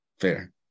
Fair